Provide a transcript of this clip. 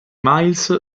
miles